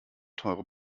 teure